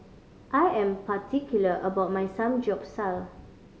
I am particular about my Samgeyopsal